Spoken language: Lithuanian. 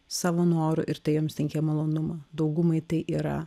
savo noru ir tai joms teikia malonumą daugumai tai yra